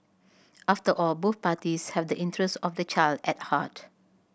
after all both parties have the interest of the child at heart